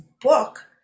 book